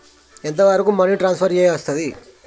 ఎంత వరకు money transfer చేయస్తది?